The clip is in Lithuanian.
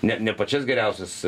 ne ne pačias geriausias